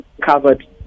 covered